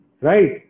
Right